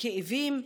כאבים,